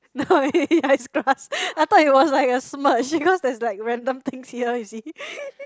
ya it's grass I thought it was like a smudge because there's like random things here you see